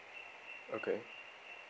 okay